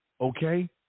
okay